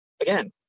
Again